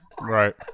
Right